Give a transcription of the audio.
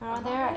around there